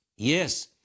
Yes